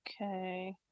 okay